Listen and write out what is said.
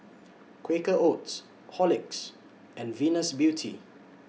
Quaker Oats Horlicks and Venus Beauty